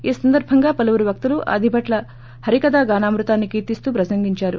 ఈ సందర్బంగా పలువురు వక్తలు ఆదిభట్ల హరికథాగానామృతాన్ని కీర్తిస్తూ ప్రసంగించారు